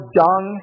dung